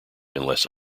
unless